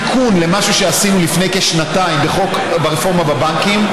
הוא תיקון למה שעשינו לפני כשנתיים ברפורמה בבנקים,